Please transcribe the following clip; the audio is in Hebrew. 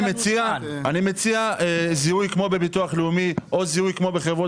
אני מציע זיהוי כמו בביטוח לאומי או זיהוי כמו בחברות